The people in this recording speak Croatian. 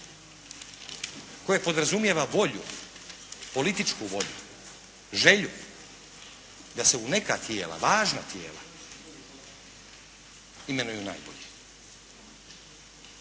koje podrazumijeva volju, političku volju, želju da se u neka tijela, važna tijela, imenuju najbolji.